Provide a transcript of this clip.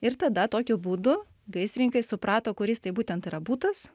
ir tada tokiu būdu gaisrininkai suprato kuris tai būtent yra butas